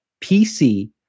PC